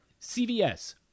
CVS